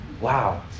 Wow